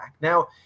Now